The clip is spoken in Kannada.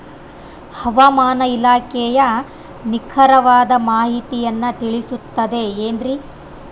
ಹವಮಾನ ಇಲಾಖೆಯ ನಿಖರವಾದ ಮಾಹಿತಿಯನ್ನ ತಿಳಿಸುತ್ತದೆ ಎನ್ರಿ?